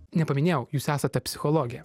nepaminėjau jūs esate psichologė